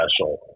special